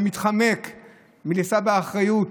שמתחמקים מלשאת באחריות